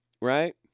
Right